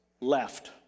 left